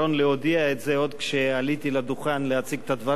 להודיע את זה עוד כשעליתי לדוכן להציג את הדברים.